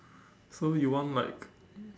so you want like